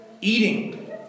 Eating